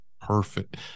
perfect